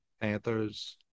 panthers